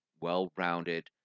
well-rounded